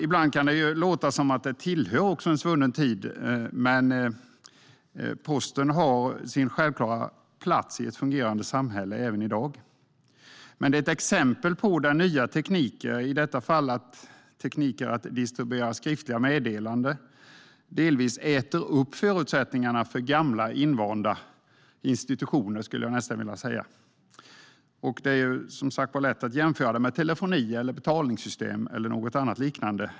Ibland kan det låta som att postservice också tillhör en svunnen tid, men posten har sin självklara plats i ett fungerande samhälle även i dag. Olika tekniker, i detta fall tekniken att distribuera skriftliga meddelanden, äter delvis upp förutsättningarna för gamla invanda institutioner. Det är lätt att jämföra med telefoni, betalningssystem eller något liknande.